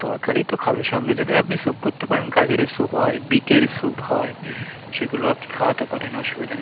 তরকারিই তো খাবে সঙ্গে যদি আপনি স্যুপ করতে পারেন গাজরের স্যুপ হয় বিটের স্যুপ হয় সেগুলো আপনি খাওয়াতে পারেন অসুবিধা নেই